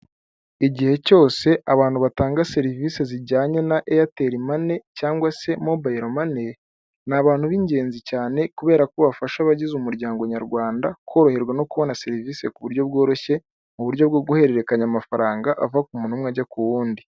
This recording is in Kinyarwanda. Igihe cyose abantu batanga serivisi zijyanye na eyateli mani cyangwa se mobayiro mani, ni abantu b'ingenzi cyane kubera ko bafasha abagize umuryango nyarwanda koroherwa no kubona serivisi ku buryo bworoshye mu buryo bwo guhererekanya amafaranga ava ku muntu umwe ajya ku wundi.